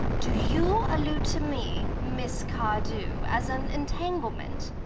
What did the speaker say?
do you allude to me, miss cardew, as an entanglement?